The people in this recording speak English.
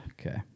okay